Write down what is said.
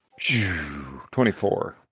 24